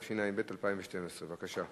התשע"ב 2012. בבקשה.